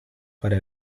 para